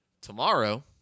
Tomorrow